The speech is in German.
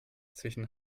zwischen